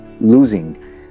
losing